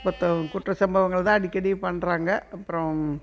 புத்த குற்ற சம்பவங்கள் தான் அடிக்கடி பண்ணுறாங்க அப்புறம்